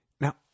Now